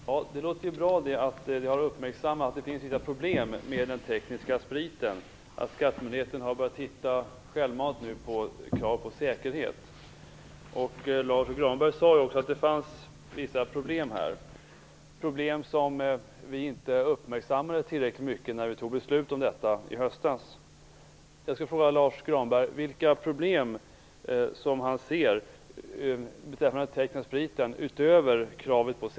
Herr talman! Det låter bra att man har uppmärksammat att det finns vissa problem med den tekniska spriten och att skattemyndigheten självmant nu har börjat titta på kraven på säkerhet. Lars U Granberg sade också att det finns vissa problem här - problem som vi inte uppmärksammade tillräckligt mycket när vi fattade beslut om detta i höstas.